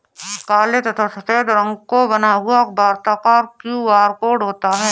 काले तथा सफेद रंग का बना हुआ वर्ताकार क्यू.आर कोड होता है